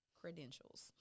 credentials